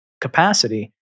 capacity